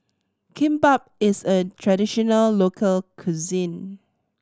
kimbap is a traditional local cuisine